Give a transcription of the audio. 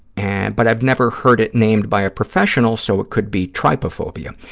and but i've never heard it named by a professional so it could be trypophobia.